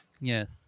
Yes